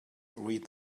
read